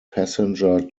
passenger